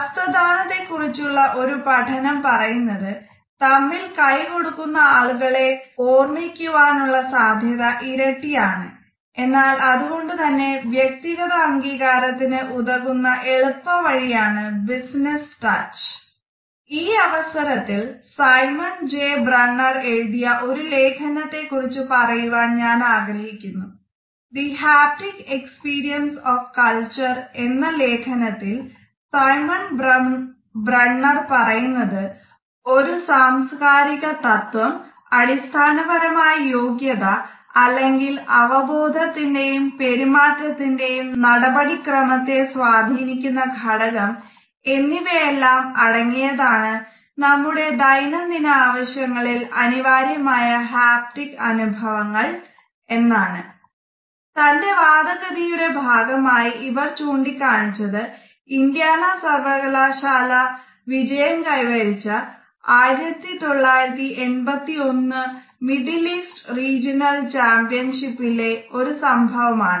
ഹസ്തദാനത്തേ കുറിച്ചുള്ള ഒരു പഠനം പറയുന്നത് തമ്മിൽ കൈ കൊടുക്കുന്ന ആളുകളെ ഓർമ്മിക്കുവാൻ ഉള്ള സാധ്യത ഇരട്ടിയാണ് എന്നാണ് അതുകൊണ്ട് തന്നെ വ്യക്തിഗത അംഗീകാരത്തിന് ഉതകുന്ന എളുപ്പ വഴി ആണ് " ബിസിനസ് ടച്ച്" ഈ അവസരത്തിൽ സൈമൺ ജെ ബ്രണ്ണർ ഒരു സംഭവമാണ്